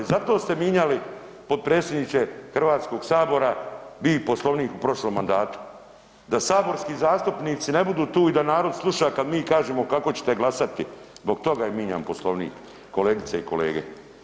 I zato ste mijenjali potpredsjedniče Hrvatskoga sabora vi Poslovnik u prošlom mandatu da saborski zastupnici ne budu tu i da narod sluša kada mi kažemo kako ćete glasati zbog toga je mijenjan Poslovnik kolegice i kolege.